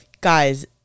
guys